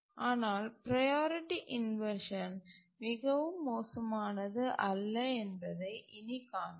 ஆனால் priority inversion மிகவும் மோசமானது அல்ல என்பதைக் இனி காண்போம்